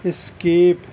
skip